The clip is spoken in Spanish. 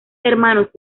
hermanos